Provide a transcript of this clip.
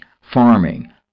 farming